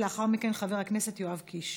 לאחר מכן, חבר הכנסת יואב קיש.